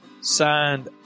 Signed